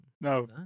No